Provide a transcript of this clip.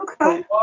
Okay